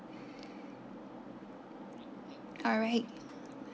alright